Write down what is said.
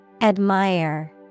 Admire